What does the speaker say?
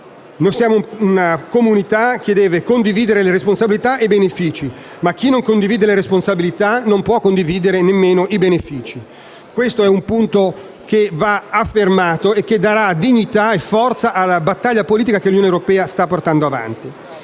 Noi siamo una comunità che deve condividere le responsabilità e i benefici, ma chi non condivide le responsabilità non può condividere nemmeno i benefici: questo è un punto che va affermato e che darà dignità e forza alla battaglia politica che l'Unione europea sta portando avanti.